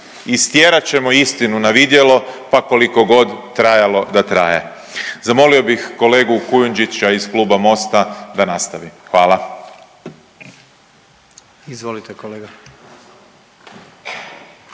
Istjerat ćemo istinu na vidjelo pa koliko god trajalo da traje. Zamolio bih kolegu Kujundžića iz Kluba Mosta da nastavi. Hvala.